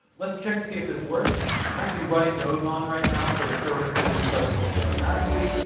let's check to see if this works. i'm actually running nodemon right now, so the server has been restarted for me automatically.